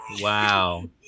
Wow